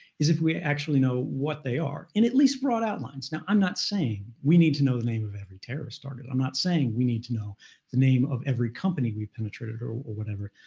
is if we actually know what they are in at least broad outlines. now i'm not saying we need to know the name of every terrorist target. i'm not saying we need to know the name of every company we penetrated, or or whatever.